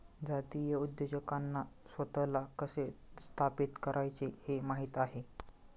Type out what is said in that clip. जातीय उद्योजकांना स्वतःला कसे स्थापित करायचे हे माहित आहे